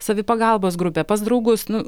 savipagalbos grupę pas draugus nu